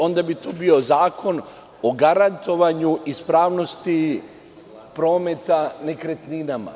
Onda bi to bio zakon o garantovanju ispravnosti prometa nekretninama.